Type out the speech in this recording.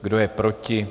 Kdo je proti?